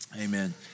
Amen